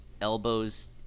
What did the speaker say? elbows